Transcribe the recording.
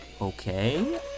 Okay